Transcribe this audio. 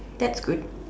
that's good